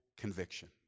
conviction